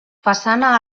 façana